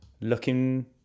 looking